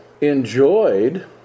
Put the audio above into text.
enjoyed